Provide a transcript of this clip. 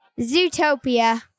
Zootopia